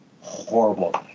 horrible